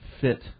fit